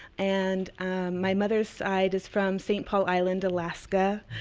and my mother's side is from st. paul island, alaska,